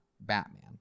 Batman